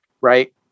right